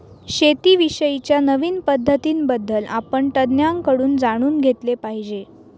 शेती विषयी च्या नवीन पद्धतीं बद्दल आपण तज्ञांकडून जाणून घेतले पाहिजे